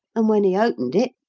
and when he opened it,